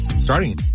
Starting